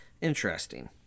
Interesting